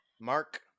Mark